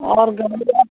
और